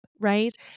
Right